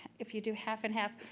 if you do half and half,